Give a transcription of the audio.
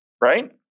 right